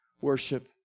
worship